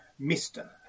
Mr